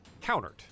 countered